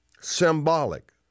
symbolic